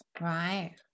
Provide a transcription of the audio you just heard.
Right